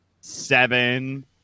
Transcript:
seven